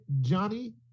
Johnny